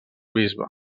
bisbe